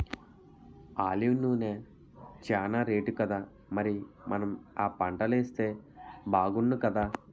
olive నూనె చానా రేటుకదా మరి మనం ఆ పంటలేస్తే బాగుణ్ణుకదా